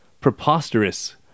Preposterous